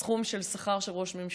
סכום השכר של ראש ממשלה,